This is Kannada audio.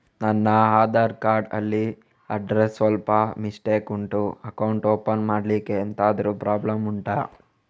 ನನ್ನ ಆಧಾರ್ ಕಾರ್ಡ್ ಅಲ್ಲಿ ಅಡ್ರೆಸ್ ಸ್ವಲ್ಪ ಮಿಸ್ಟೇಕ್ ಉಂಟು ಅಕೌಂಟ್ ಓಪನ್ ಮಾಡ್ಲಿಕ್ಕೆ ಎಂತಾದ್ರು ಪ್ರಾಬ್ಲಮ್ ಉಂಟಾ